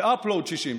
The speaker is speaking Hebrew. ו-upload 60,